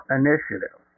initiative